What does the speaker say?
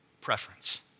preference